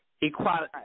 equality